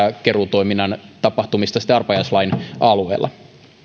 keruutoiminnan tapahtumista arpajaislain alueella